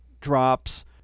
drops